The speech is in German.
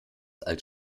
als